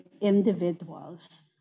individuals